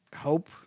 Hope